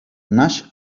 naix